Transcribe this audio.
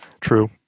True